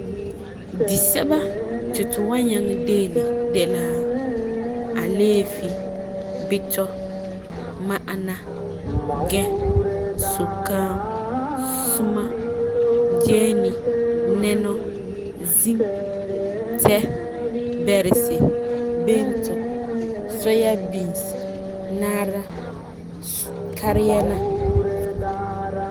Disɛba ti tu wan nyaŋɛ deele de la, alɛɛfi, bitɔ, ma'ana, gɛ, sukaam, suma, geeni, nɛnɔ, zim, tɛ, bɛrisi, bɛntɔ, soya binsi, naara, kariyɛɛna.